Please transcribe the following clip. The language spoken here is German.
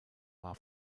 war